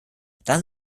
dann